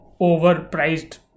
overpriced